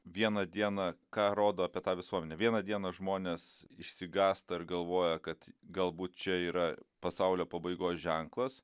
vieną dieną ką rodo apie tą visuomenę vieną dieną žmonės išsigąsta ir galvoja kad galbūt čia yra pasaulio pabaigos ženklas